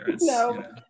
No